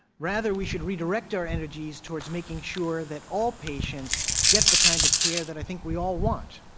rather, we should redirect our energies towards making sure that all patients get the kind of care that i think we all want,